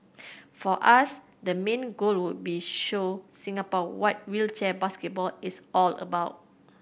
for us the main goal would be show Singapore what wheelchair basketball is all about